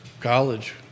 college